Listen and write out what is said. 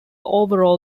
overall